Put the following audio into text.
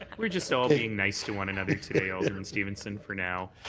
we're just all being nice to one another today, alderman stevenson, for now.